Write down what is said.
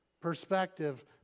perspective